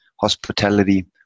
hospitality